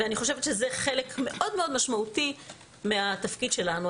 אני חושבת שזה חלק מאוד מאוד משמעותי מהתפקיד שלנו.